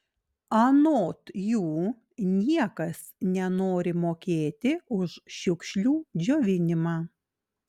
anot jų niekas nenori mokėti už šiukšlių džiovinimą